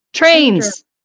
Trains